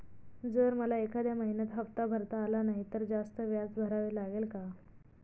जर मला एखाद्या महिन्यात हफ्ता भरता आला नाही तर जास्त व्याज भरावे लागेल का?